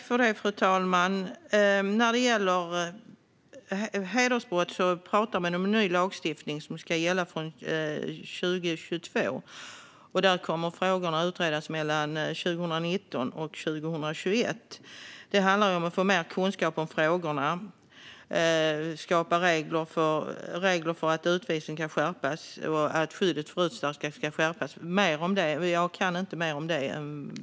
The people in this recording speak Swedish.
Fru talman! När det gäller hedersbrott talar man om ny lagstiftning som ska gälla från 2022. Där kommer frågorna att utredas mellan 2019 och 2021. Det handlar om att få mer kunskap om frågorna, att reglerna för utvisning kan skärpas och att skyddet för utsatta ska förbättras. Jag kan inte mer om det.